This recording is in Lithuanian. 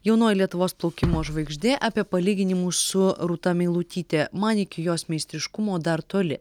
jaunoji lietuvos plaukimo žvaigždė apie palyginimų su rūta meilutyte man iki jos meistriškumo dar toli